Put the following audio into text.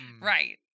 Right